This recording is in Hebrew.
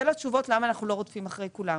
אלה התשובות למה אנחנו לא רודפים אחרי כולם,